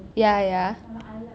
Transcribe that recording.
ya ya